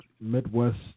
Midwest